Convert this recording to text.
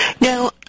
Now